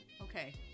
okay